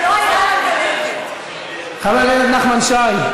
זה לא היה על כלבת חבר הכנסת נחמן שי.